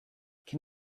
can